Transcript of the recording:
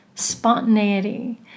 spontaneity